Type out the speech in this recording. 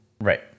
Right